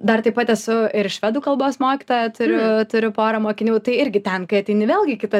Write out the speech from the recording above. dar taip pat esu ir švedų kalbos mokytoja turiu turiu porą mokinių tai irgi ten kai ateini vėlgi kita